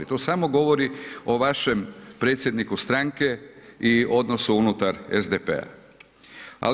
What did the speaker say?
To samo govori o vašem predsjedniku stranke i odnosu unutar SDP-a.